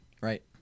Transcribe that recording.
Right